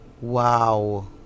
wow